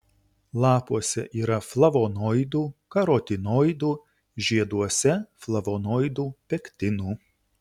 lapuose yra flavonoidų karotinoidų žieduose flavonoidų pektinų